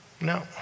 No